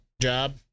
job